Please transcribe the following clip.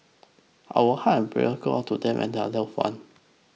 our heart prayer go out to them and their loved ones